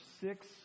six